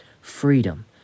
freedom